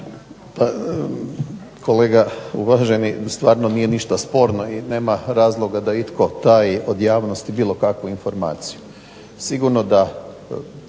Kolega uvaženi, stvarno nije ništa sporno i nema razloga da itko taji od javnosti bilo kakvu informaciju. Sigurno da